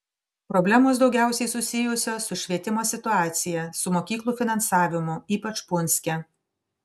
problemos daugiausiai susijusios su švietimo situacija su mokyklų finansavimu ypač punske